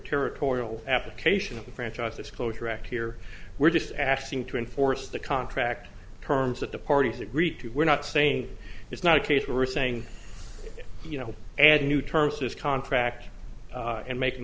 extraterritorial application of the franchise disclosure act here we're just asking to enforce the contract terms that the parties agreed to we're not saying it's not a case where we're saying you know add new terms this contract and make them